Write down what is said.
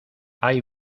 hay